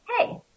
hey